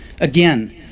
Again